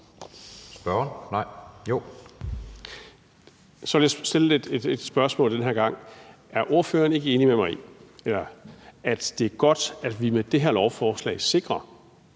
Thomas Jensen (S): Så vil jeg stille et spørgsmål den her gang: Er ordføreren ikke enig med mig i, at det er godt, at vi med det her lovforslag sikrer,